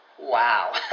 wow